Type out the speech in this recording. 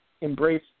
embrace